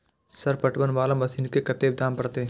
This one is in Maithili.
सर पटवन वाला मशीन के कतेक दाम परतें?